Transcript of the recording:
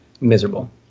Miserable